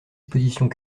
dispositions